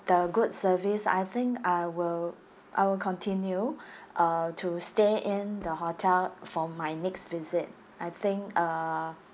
the good service I think I will I will continue uh to stay in the hotel for my next visit I think uh